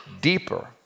deeper